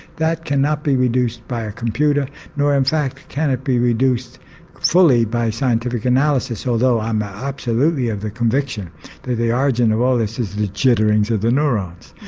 that cannot be reduced by a computer, nor in fact can it be reduced fully by scientific analysis, although i'm absolutely of the conviction that the origin of all this is the jitterings of the neurons.